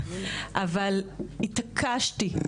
אבל החוויה הייתה כל כך קשה שהתעקשתי,